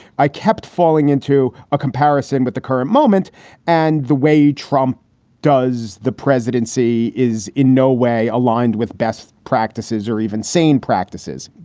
i kept falling into a comparison with the current moment and the way trump does the presidency is in no way aligned with best practices or even sane practices.